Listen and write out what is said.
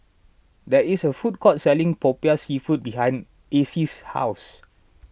there is a food court selling Popiah Seafood behind Acy's house